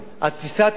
תפיסת העולם,